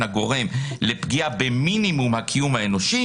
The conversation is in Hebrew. הגורם לפגיעה במינימום הקיום האנושי,